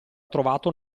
trovato